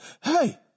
hey